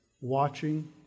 watching